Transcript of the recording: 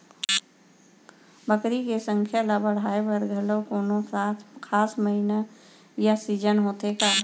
बकरी के संख्या ला बढ़ाए बर घलव कोनो खास महीना या सीजन होथे का?